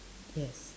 yes